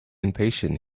impatient